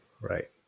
Right